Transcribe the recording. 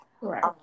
right